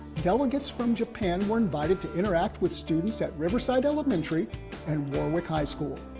delegates from japan were invited to interact with students at riverside elementary and warwick high school.